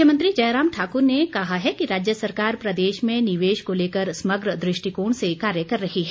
मुख्यमंत्री जयराम ठाकुर ने कहा है कि राज्य सरकार प्रदेश में निवेश को लेकर समग्र दृष्टिकोण से कार्य कर रही है